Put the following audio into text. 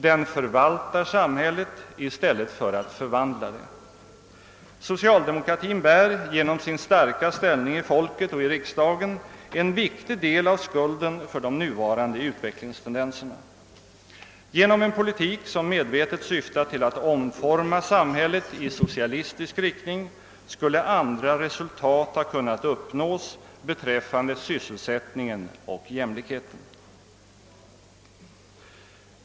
Den förvaltar samhället i stället för att förvandla det. Socialdemokratin bär, genom sin starka ställning hos folket och i riksdagen, en viktig del av skulden för de nuvarande utvecklingstendenserna. Genom en politik som medvetet syftar till att omforma samhället i socialistisk riktning skulle andra resultat ha kunnat uppnås beträffande sysselsättningen och jämlikheten.